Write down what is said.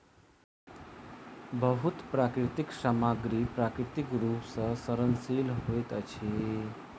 बहुत प्राकृतिक सामग्री प्राकृतिक रूप सॅ सड़नशील होइत अछि